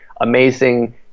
amazing